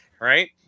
Right